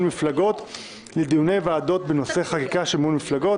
מפלגות לדיוני ועדות בנושאי חקיקה של מימון מפלגות.